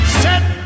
set